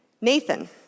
Nathan